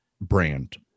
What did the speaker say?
brand